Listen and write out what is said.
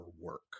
work